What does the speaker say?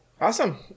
Awesome